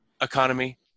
economy